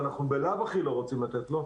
ואנחנו בלאו הכי לא רוצים לתת לו,